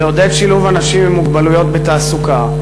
לעודד שילוב אנשים עם מוגבלויות בתעסוקה.